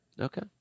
Okay